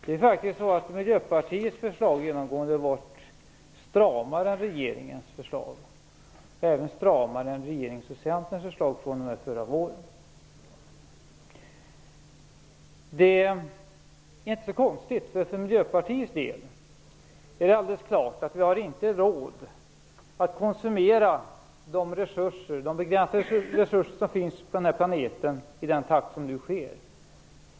Det är faktiskt så att Miljöpartiets förslag genomgående har varit stramare än regeringens förslag, och även stramare än regeringens och Centerns förslag fr.o.m. förra våren. Det är inte så konstigt. För Miljöpartiet är det alldeles klart att vi inte har råd att konsumera de begränsade resurser som finns på den här planeten i den takt som nu sker.